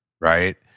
right